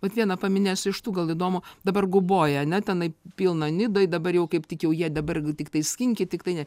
vat vieną paminėsiu iš tų gal įdomu dabar guboja ane tenai pilna nidoj dabar jau kaip tik jau jie dabar tiktai skinkit tiktai ne